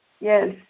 Yes